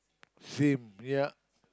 same yep